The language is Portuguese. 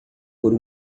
por